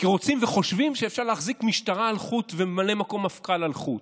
כי רוצים וחושבים שאפשר להחזיק משטרה על חוט וממלא מקום מפכ"ל על חוט.